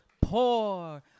poor